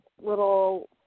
little